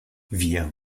wir